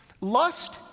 Lust